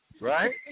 right